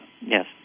Yes